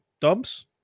dumps